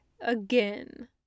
again